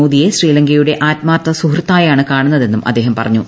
മോദിയെ ശ്രീലങ്കയുടെ ആത്മാർത്ഥ സുഹൃത്തായാണു കാണുന്നതെന്നും അദ്ദേഹം പറഞ്ഞു